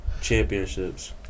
championships